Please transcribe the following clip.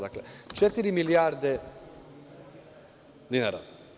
Dakle, četiri milijarde dinara.